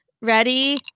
Ready